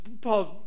Paul's